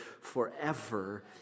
forever